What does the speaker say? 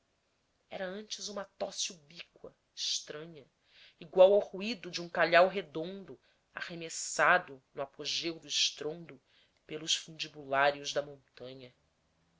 era antes uma tosse ubíqua estranha igual ao ruído de um calhau redondo arremessado no apogeu do estrondo pelos fundibulários da montanha